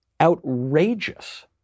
outrageous